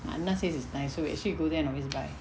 anna says it's nice so we actually go there and always buy